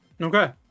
Okay